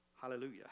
Hallelujah